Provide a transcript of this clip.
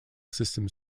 system